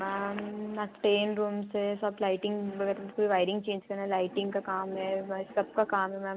ma'am अब ten rooms है सब लाइटिंग वगैरह फिर वाइरिंग चेंज करना लाइटिंग का काम है भाई सब का काम है मैम